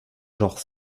genre